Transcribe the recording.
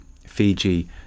Fiji